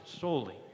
solely